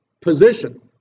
position